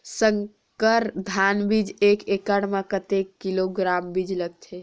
संकर धान बीज एक एकड़ म कतेक किलोग्राम बीज लगथे?